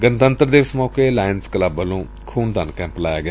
ਗਣਤੰਤਰ ਦਿਵਸ ਮੌਕੇ ਲਾਇਨਜ਼ ਕਲੱਬ ਵੱਲੋਂ ਇਕ ਖੂਨ ਦਾਨ ਕੈਂਪ ਲਗਾਇਆ ਗਿਆ